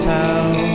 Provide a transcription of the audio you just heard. town